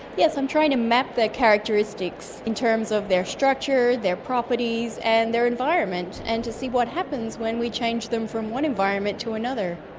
yes, i'm trying to map the characteristics in terms of their structure, their properties and their environment and to see what happens when we change them from one environment to another.